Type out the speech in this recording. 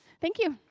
thank you.